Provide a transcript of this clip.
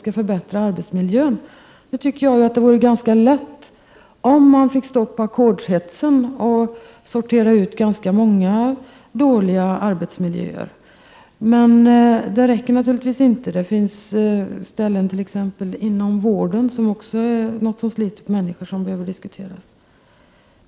Jag tycker att det vore ganska lätt om vi fick bort ackordshetsen och sorterade ut ganska många dåliga arbetsmiljöer. Men det räcker naturligvis inte. Det finns arbeten inom vården som också sliter på människor och som behöver diskuteras.